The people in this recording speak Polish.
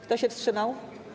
Kto się wstrzymał?